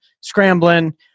scrambling